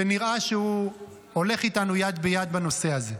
שנראה שהוא הולך איתנו יד ביד בנושא הזה.